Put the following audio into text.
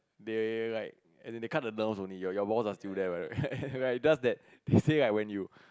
they will they will like as in they cut the doors only your your balls are still there right is just that they say like when you